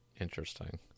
Interesting